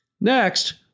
Next